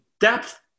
depth